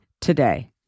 today